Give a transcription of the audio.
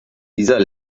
dieser